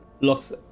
looks